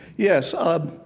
yes. um,